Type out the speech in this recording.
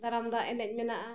ᱫᱟᱨᱟᱢ ᱫᱟᱜ ᱮᱱᱮᱡ ᱢᱮᱱᱟᱜᱼᱟ